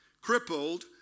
crippled